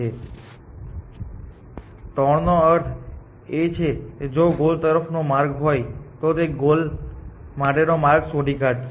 3 નો અર્થ એ છે કે જો ગોલ તરફનો માર્ગ હોય તો તે ગોલ માટેનો માર્ગ શોધી કાઢશે